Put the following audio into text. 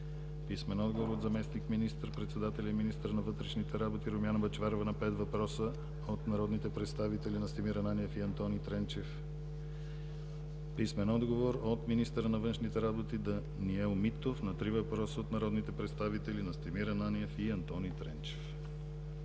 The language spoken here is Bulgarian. писмен отговор от заместник министър-председателя и министър на вътрешните работи Румяна Бъчварова на пет въпроса от народните представители Настимир Ананиев и Антони Тренчев; - писмен отговор от министъра на външните работи Даниел Митов на три въпроса от народните представители Настимир Ананиев и Антони Тренчев.